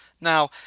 Now